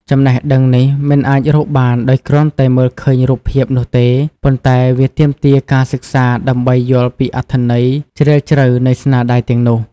ចំណេះដឹងនេះមិនអាចរកបានដោយគ្រាន់តែមើលឃើញរូបភាពនោះទេ ប៉ុន្តែវាទាមទារការសិក្សាដើម្បីយល់ពីអត្ថន័យជ្រាលជ្រៅនៃស្នាដៃទាំងនោះ។